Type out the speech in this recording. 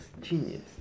genius